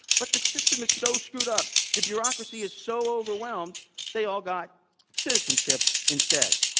but the system is so screwed up. the bureaucracy is so overwhelmed they all got citizenship instead.